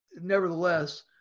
nevertheless